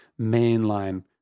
mainline